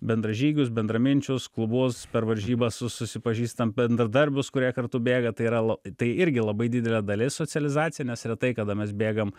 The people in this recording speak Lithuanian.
bendražygius bendraminčius klubus per varžybas su susipažįstam bendradarbius kurie kartu bėga tai yra la tai irgi labai didelė dalis socializacija nes retai kada mes bėgam